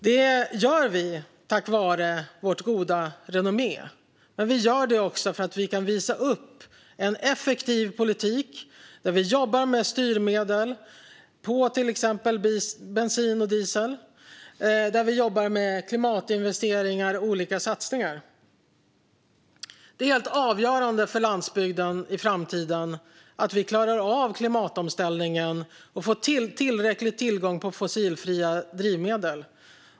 Det gör vi tack vare vårt goda renommé men också för att vi kan visa upp en effektiv politik där vi jobbar med styrmedel för till exempel bensin och diesel, klimatinvesteringar och andra satsningar. Det är helt avgörande för landsbygden i framtiden att vi klarar av klimatomställningen och får tillräcklig tillgång till fossilfria drivmedel.